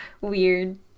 weird